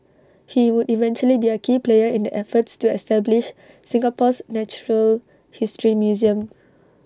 he would eventually be A key player in the efforts to establish Singapore's natural history museum